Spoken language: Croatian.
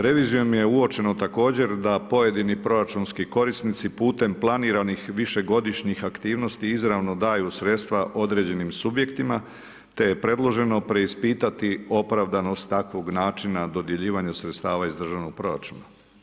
Revizijom je uočeno, također da pojedini proračunski korisnici, putem planiranih višegodišnjih aktivnosti izravno daju sredstva određenim subjektima, te je predloženo preispitati opravdanost takvog načina, dodjeljivanje sredstava iz državnog proračuna.